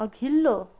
अघिल्लो